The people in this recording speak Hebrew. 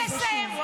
תני לי לסיים.